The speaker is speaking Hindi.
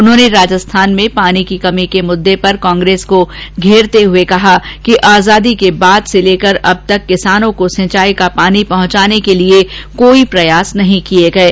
उन्होंने राजस्थान में पानी की कमी के मुद्दे पर कांग्रेस को घेरते हुए कहा कि आजादी के बाद से लेकर अब तक किसानों को सिंचाई का पानी पहुंचाने के लिये कोई प्रयास नहीं किए गये